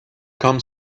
come